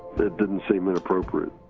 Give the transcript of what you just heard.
that didn't seem inappropriate.